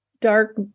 dark